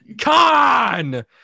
Con